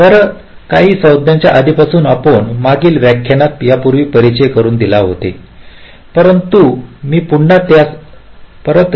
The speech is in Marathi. बरं काही संज्ञांचे आधीपासून आपण मागील व्याख्यानात यापूर्वी परिचय करून दिले होते परंतु मी पुन्हा त्यास आणू